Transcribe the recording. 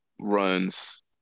runs